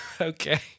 Okay